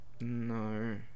No